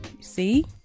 see